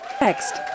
Next